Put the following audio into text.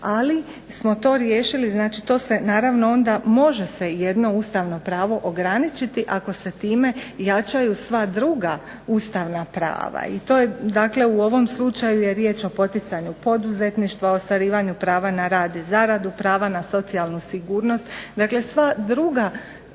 Ali smo to riješili, znači to se naravno onda može se jedno ustavno pravo ograničiti ako se time jačaju sva druga ustavna prava. I to je dakle u ovom slučaju je riječ o poticanju poduzetništva, ostvarivanju prava na rad i zaradu, prava na socijalnu sigurnost. Dakle, sva druga